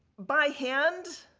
by hand,